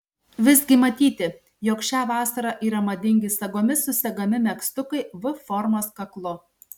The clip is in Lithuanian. visgi matyti jog šią vasarą yra madingi sagomis susegami megztukai v formos kaklu